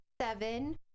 seven